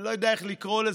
אני לא יודע איך לקרוא לזה,